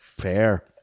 Fair